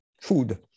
food